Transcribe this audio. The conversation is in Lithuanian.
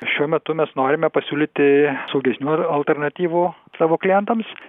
šiuo metu mes norime pasiūlyti saugesnių alternatyvų savo klientams